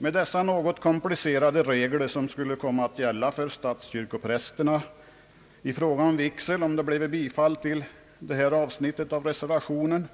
Med dessa något komplicerade regler, som skulle komma att gälla för statskyrkoprästerna om det bleve bifall till det här avsnittet av reservationen,